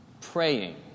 praying